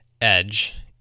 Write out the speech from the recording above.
edge